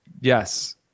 Yes